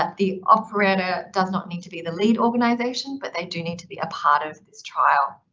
ah the operator does not need to be the lead organization, but they do need to be a part of this trial.